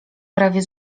prawie